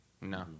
No